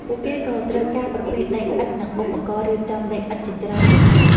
ពួកគេក៏ត្រូវការប្រភេទដីឥដ្ឋនិងឧបករណ៍រៀបចំដីឥដ្ឋជាច្រើនប្រភេទ។